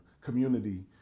community